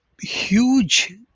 huge